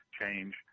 change